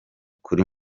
kuri